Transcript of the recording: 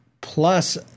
plus